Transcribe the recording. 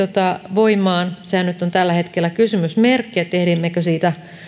voimaan sehän nyt on tällä hetkellä kysymysmerkki ehdimmekö siitä